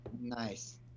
Nice